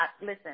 listen